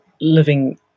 living